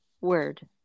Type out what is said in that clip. word